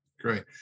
great